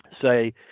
Say